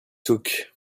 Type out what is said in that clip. took